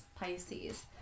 Pisces